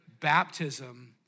Baptism